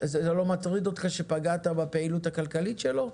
זה לא מטריד אותך שפגעת בפעילות הכלכלית שלו?